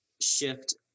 shift